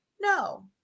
no